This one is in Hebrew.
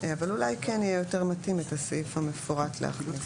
אולי כן יהיה יותר מתאים את הסעיף המפורט להכניס.